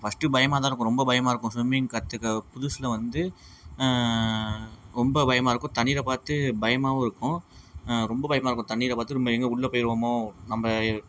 first பயமாக தான் இருக்கும் ரொம்ப பயமாக இருக்கும் ஸ்விம்மிங் கற்றுக்க புதுசில் வந்து ரொம்ப பயமாக இருக்கும் தண்ணீரை பார்த்து பயமாகவும் இருக்கும் ரொம்ப பயமாக இருக்கும் தண்ணீரை பார்த்து நம்ப எங்கே உள்ளே போயிடுவோமோ நம்ப